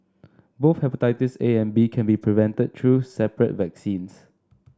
both hepatitis A and B can be prevented through separate vaccines